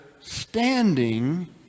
standing